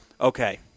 Okay